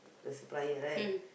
the supplier right